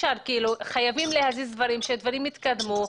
חייבים להזיז דברים ושהדברים יתקדמו.